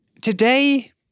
today